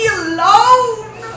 alone